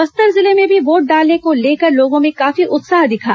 बस्तर जिले में भी वोट डालने को लेकर लोगों में काफी उत्साह दिखा